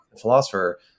philosopher